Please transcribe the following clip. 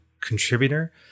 contributor